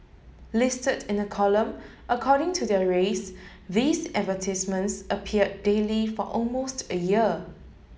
listed in a column according to their race these advertisements appeared daily for almost a year